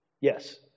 Yes